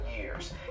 years